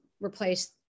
replace